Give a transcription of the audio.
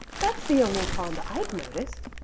that's the only pond i'd noticed.